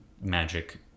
magic